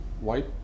white